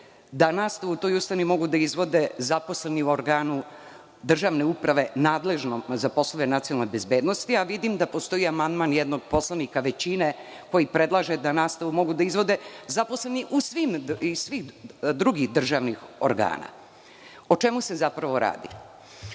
da nastavu u toj ustanovi mogu da izvode zaposleni u organu državne uprave, nadležnom za poslove nacionalne bezbednosti? Vidim da postoji amandman jednog poslanika većine, koji predlaže da nastavu mogu da izvode zaposleni iz svih drugih državnih organa.O čemu se zapravo radi?